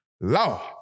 Law